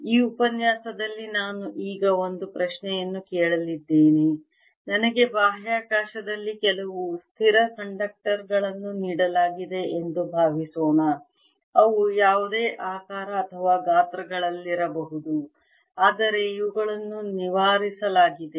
ಈ ಉಪನ್ಯಾಸದಲ್ಲಿ ನಾನು ಈಗ ಒಂದು ಪ್ರಶ್ನೆಯನ್ನು ಕೇಳಲಿದ್ದೇನೆ ನನಗೆ ಬಾಹ್ಯಾಕಾಶದಲ್ಲಿ ಕೆಲವು ಸ್ಥಿರ ಕಂಡಕ್ಟರ್ ಗಳನ್ನು ನೀಡಲಾಗಿದೆ ಎಂದು ಭಾವಿಸೋಣ ಅವು ಯಾವುದೇ ಆಕಾರ ಮತ್ತು ಗಾತ್ರಗಳಲ್ಲಿರಬಹುದು ಆದರೆ ಇವುಗಳನ್ನು ನಿವಾರಿಸಲಾಗಿದೆ